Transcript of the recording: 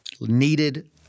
needed